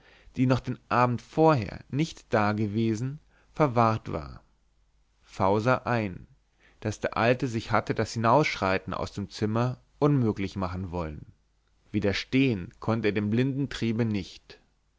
die noch den abend vorher nicht dagewesen verwahrt war v sah ein daß der alte sich hatte das hinausschreiten aus dem zimmer unmöglich machen wollen widerstehen konnt er dem blinden triebe nicht